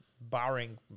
barring